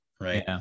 Right